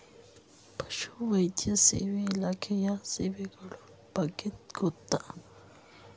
ಪಶುವೈದ್ಯ ಸೇವಾ ಇಲಾಖೆಯ ಸೇವೆಗಳ ಬಗ್ಗೆ ಗೊತ್ತೇ?